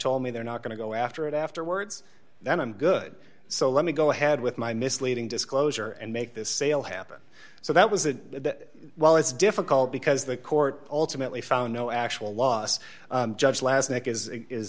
told me they're not going to go after it afterwards then i'm good so let me go ahead with my misleading disclosure and make this sale happen so that was that well it's difficult because the court ultimately found no actual loss just last night is is